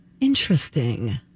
Interesting